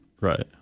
Right